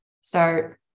start